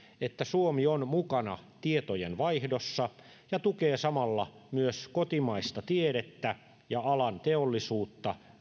että suomi on mukana tietojenvaihdossa ja tukee samalla myös kotimaista tiedettä ja alan teollisuutta